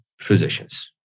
physicians